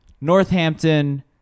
Northampton